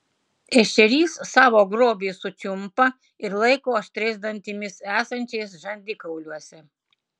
ešerys savo grobį sučiumpa ir laiko aštriais dantimis esančiais žandikauliuose